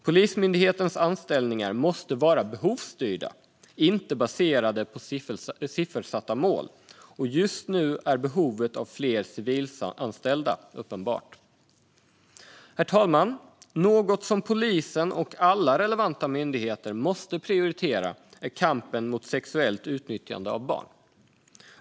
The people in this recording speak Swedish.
Polismyndighetens anställningar måste vara behovsstyrda, inte baserade på siffersatta mål, och just nu är behovet av fler civilanställda uppenbart. Herr talman! Något som polisen och alla relevanta myndigheter måste prioritera är kampen mot sexuellt utnyttjande av barn.